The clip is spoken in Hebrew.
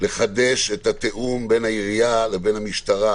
לחדש את התיאום בין העירייה לבין המשטרה.